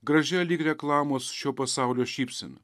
gražia lyg reklamos šio pasaulio šypsena